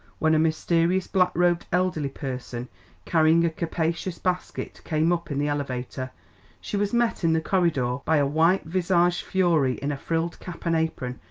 when a mysterious black-robed elderly person carrying a capacious basket came up in the elevator she was met in the corridor by a white-visaged fury in a frilled cap and apron,